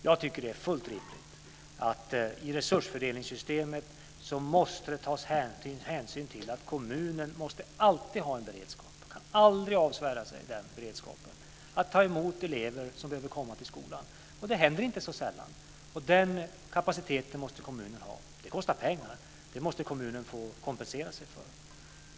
Jag tycker att det är fullt riktigt att det i resursfördelningssystemet måste tas hänsyn till att kommunen alltid måste ha en beredskap - den kan kommunen avsvära sig - att ta emot elever som behöver komma till skolan. Sådana behov inträffar inte så sällan. Den kapaciteten måste kommunen ha, och det kostar pengar. Detta måste kommunen få kompensera sig för.